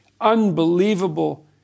unbelievable